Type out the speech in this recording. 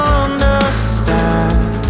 understand